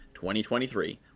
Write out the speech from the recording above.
2023